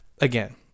Again